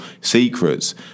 secrets –